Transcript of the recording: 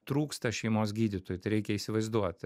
trūksta šeimos gydytojų tai reikia įsivaizduoti